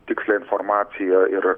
tikslią informaciją ir